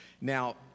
Now